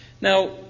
now